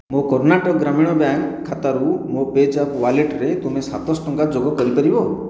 ମୋ କର୍ଣ୍ଣାଟକ ଗ୍ରାମୀଣ ବ୍ୟାଙ୍କ୍ ଖାତାରୁ ମୋ ପେଜାପ୍ ୱାଲେଟରେ ତୁମେ ସାତଶହ ଟଙ୍କା ଯୋଗ କରିପାରିବ